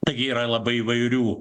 taigi yra labai įvairių